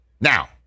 Now